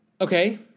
Okay